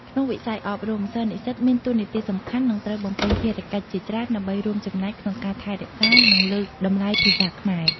ក្នុងវិស័យអប់រំ សិស្សនិស្សិតមានតួនាទីសំខាន់ និងត្រូវបំពេញភារកិច្ចជាច្រើនដើម្បីរួមចំណែកក្នុងការថែរក្សា និងលើកតម្លៃភាសាខ្មែរ។